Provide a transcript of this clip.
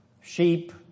sheep